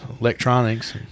electronics